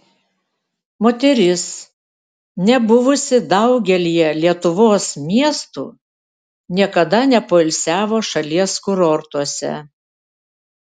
moteris nebuvusi daugelyje lietuvos miestų niekada nepoilsiavo šalies kurortuose